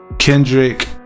Kendrick